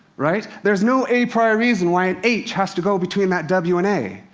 right? there's no a priori reason why an h has to go between that w and a.